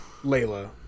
Layla